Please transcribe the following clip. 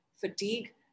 fatigue